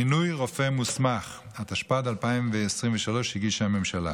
(מינוי רופא מוסמך), התשפ"ד 2023, שהגישה הממשלה.